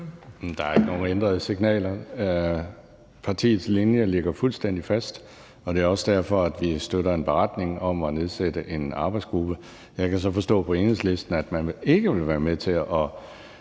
Der er ikke nogen ændrede signaler. Partiets linje ligger fuldstændig fast, og det er også derfor, vi støtter en beretning om at nedsætte en arbejdsgruppe. Jeg kan så forstå på Enhedslisten, at man ikke vil være med til at